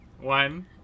One